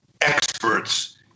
experts